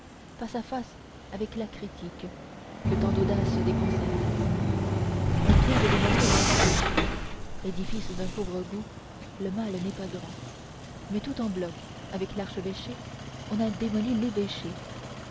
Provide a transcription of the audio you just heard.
face à face avec la critique que tant d'audace déconcerte on vient de démolir l'archevêché édifice d'un pauvre goût le mal n'est pas grand mais tout en bloc avec l'archevêché on a démoli l'évêché